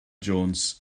jones